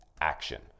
action